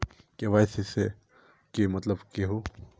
KYC के मतलब केहू?